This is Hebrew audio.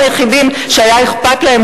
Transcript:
הם היחידים שהיה אכפת להם,